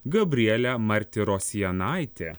gabrielė martirosianaitė